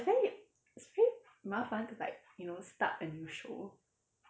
but it's very it's very 麻烦 to like you know start a new show